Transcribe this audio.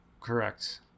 Correct